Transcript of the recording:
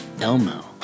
Elmo